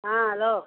hello